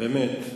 באמת.